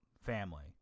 family